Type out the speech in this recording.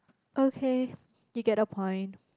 okay you get the point